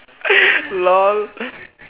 lol